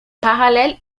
parallèle